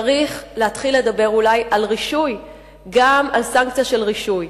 צריך להתחיל לדבר אולי גם על סנקציה של רישוי.